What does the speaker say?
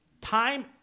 time